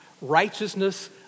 righteousness